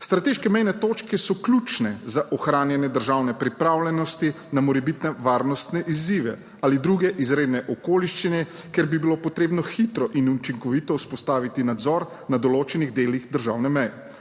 Strateške mejne točke so ključne za ohranjanje državne pripravljenosti na morebitne varnostne izzive ali druge izredne okoliščine, kjer bi bilo potrebno hitro in učinkovito vzpostaviti nadzor na določenih delih državne meje.